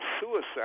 suicide